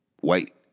white